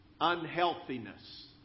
unhealthiness